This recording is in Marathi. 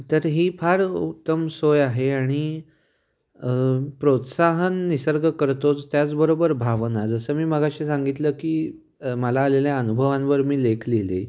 तर ही फार उत्तम सोय आहे आणि प्रोत्साहन निसर्ग करतोच त्याचबरोबर भावना जसं मी मघाशी सांगितलं की मला आलेल्या अनुभवांवर मी लेख लिहिले